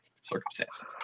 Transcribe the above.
Circumstances